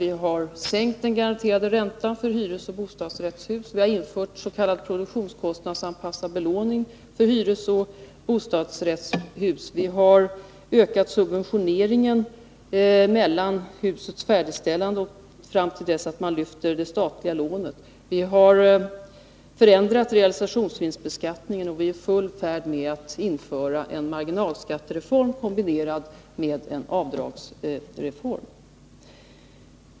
Vi har sänkt den garanterade räntan för hyresoch bostadsrättshus. Vi har infört s.k. produktionskostnadsanpassad belåning för hyresoch bostadsrättshus. Vi har ökat subventioneringen för tiden från husets färdigställande och fram till dess att man lyfter det statliga lånet. Vi har förändrat realisationsvinstbeskattningen. Och vi är i full färd med att införa en marginalskattereform, kombinerad med en avdragsreform.